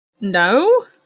no